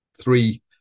three